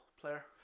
player